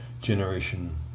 generation